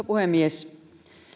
puhemies